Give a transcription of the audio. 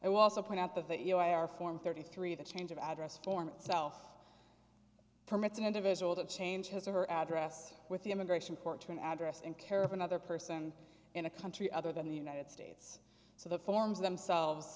also point out that that you are form thirty three the change of address form itself permits an individual to change his or her address with the immigration court to an address in care of another person in a country other than the united states so the forms themselves